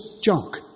junk